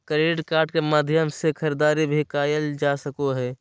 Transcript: credit card के माध्यम से खरीदारी भी कायल जा सकले हें